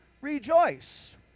rejoice